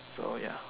so ya